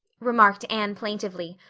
remarked anne plaintively,